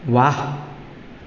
व्वा